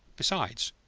besides,